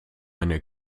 eine